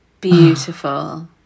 Beautiful